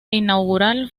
inaugural